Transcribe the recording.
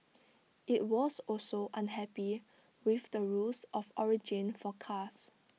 IT was also unhappy with the rules of origin for cars